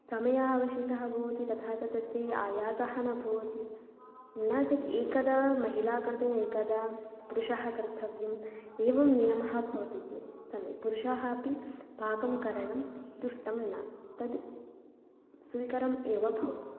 समयावशिष्टः भवति ततः च तस्यै आयासः न भवति न चेत् एकदा महिला कर्तुम् एकदा पुरुषः कर्तव्यम् एवं नियमः भवति चेत् सम्यक् पुरुषाः अपि पाकं करणं दुष्टं न तद् सुकरम् एव भवतु